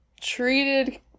treated